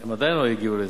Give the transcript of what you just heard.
הם עדיין לא הגיעו לזה,